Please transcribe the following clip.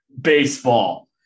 baseball